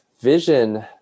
vision